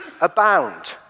abound